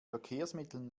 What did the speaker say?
verkehrsmitteln